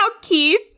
Keith